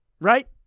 Right